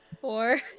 Four